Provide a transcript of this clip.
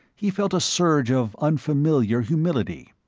he felt a surge of unfamiliar humility.